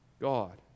God